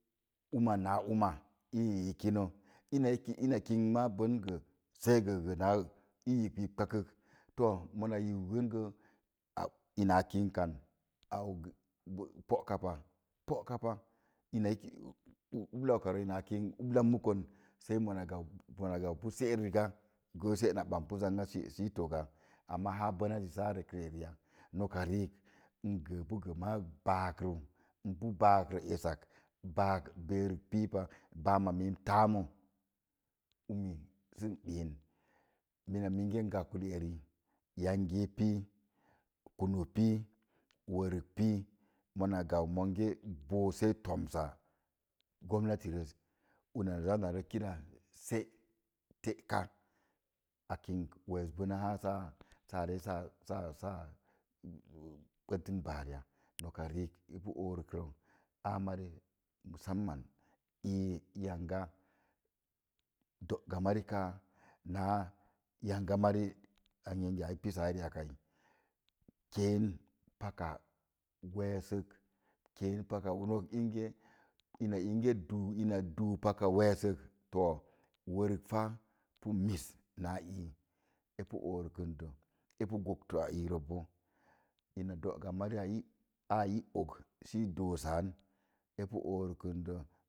Uma na uma ii i kəno ina kəno maa i yib yimbə kək. Muna yiu yiin ina kənik an po'ka pa cibla oka rə ina kənik ubla mako sei mona gab se'or riga sei se’ na gbama pu sə i toka nok riik i gee pu ar báákrə n pu baak rə esaak baam ma mim pi tarumo. Uni sə n gɓən yangi i pú kuná pii worik pii mona gau monge moo sei toms sa gomnatirez una na za na kina teka a kinik wes ar sa sa sa re sa kwetin bar ya ii yanga do'ga mari kaa naa yanga mari keen paka wessək ina inge bo duu pa wessək worik pi mis naa ii e pu oorikə də ina dooga mari i og sə doo san a dúú